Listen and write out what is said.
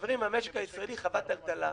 חברים, המשק הישראלי חווה טלטלה.